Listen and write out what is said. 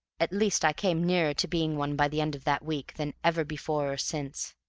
at least i came nearer to being one, by the end of that week, than ever before or since.